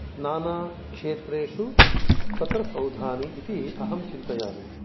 नानाक्षेत्रेषु तत्र सौधानि इति अहं चिन्तयामि